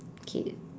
K